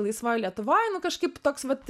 laisvoj lietuvoj nu kažkaip toks vat